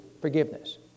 forgiveness